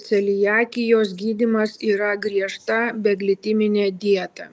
celiakijos gydymas yra griežta beglitiminė dieta